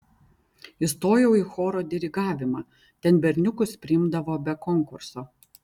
įstojau į choro dirigavimą ten berniukus priimdavo be konkurso